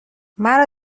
مرا